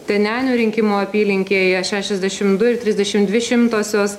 tenenių rinkimų apylinkėje šešiasdešimt du ir trisdešimt dvi šimtosios